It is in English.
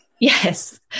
Yes